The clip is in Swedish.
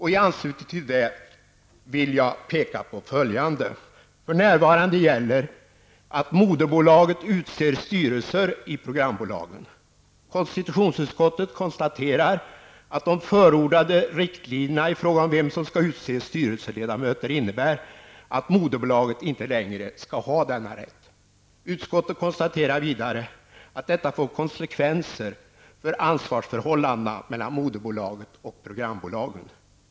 I anslutning till det vill jag peka på följande. För närvarande gäller att moderbolaget utser styrelser i programbolagen. Konstitutionsutskottet konstaterar att de förordade riktlinjerna i fråga om vem som skall utse styrelseledamöter innebär att moderbolaget inte längre skall ha denna rätt. Utskottet konstaterar vidare att detta får konsekvenser för ansvarsförhållandena mellan moderbolaget och programbolagen.